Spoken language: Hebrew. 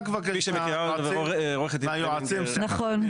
כפי שמכירה אותנו כבר עוה"ד פרמינגר -- נכון,